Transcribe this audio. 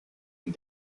and